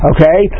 Okay